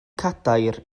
cadair